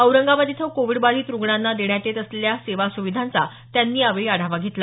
औरंगाबाद इथं कोविड बाधित रुग्णांना देण्यात येत असलेल्या सेवा सुविधांचा त्यांनी यावेळी आढावा घेतला